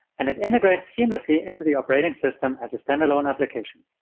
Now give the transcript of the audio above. and it integrates seamlessly into the operating system as a standalone application.